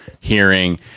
hearing